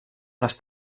les